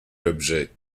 l’objet